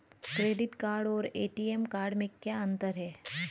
Credit card और ATM card में क्या अंतर है?